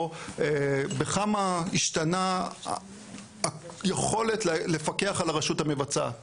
בכמה השתנה היכולת לפקח על הרשות המבצעת,